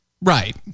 Right